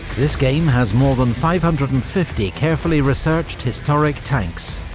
this game has more than five hundred and fifty carefully-researched historic tanks,